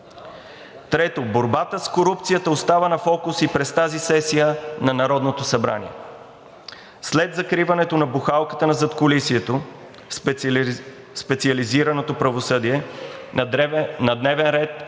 Трето, борбата с корупцията остава на фокус и през тази сесия на Народното събрание. След закриването на бухалката на задкулисието в специализираното правосъдие, на дневен ред